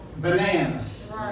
Bananas